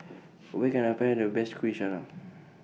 Where Can I Find The Best Kuih Syara